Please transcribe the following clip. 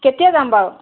কেতিয়া যাম বাৰু